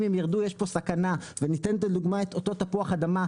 אם הם ירדו יש פה סכנה' וניתן לדוגמא את אותו תפוח אדמה,